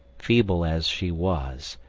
feeble as she was,